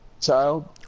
child